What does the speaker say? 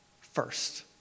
first